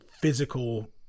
physical